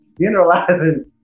generalizing